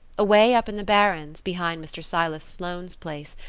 away up in the barrens, behind mr. silas sloane's place,